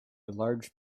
large